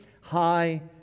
high